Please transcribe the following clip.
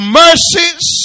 mercies